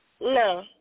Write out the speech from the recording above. No